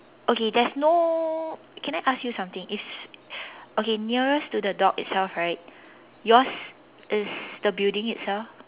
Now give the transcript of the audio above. okay there's no can I ask you something is okay nearest to the dog itself right yours is the building itself